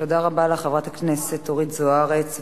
תודה רבה לך, חברת הכנסת אורית זוארץ.